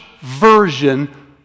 version